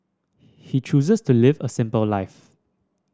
he chooses to live a simple life